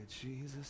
Jesus